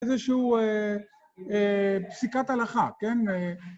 איזושהי פסיקת הלכה, כן?